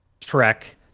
Trek